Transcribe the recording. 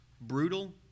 brutal